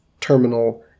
terminal